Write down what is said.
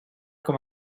com